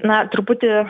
na truputį